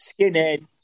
Skinhead